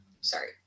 sorry